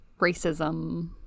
racism